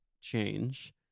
change